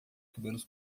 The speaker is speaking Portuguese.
cabelos